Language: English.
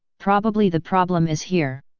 probably the problem is here